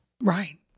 Right